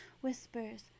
Whispers